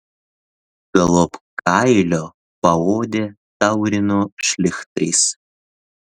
galop kailio paodę taurino šlichtais